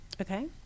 Okay